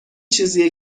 چیزیه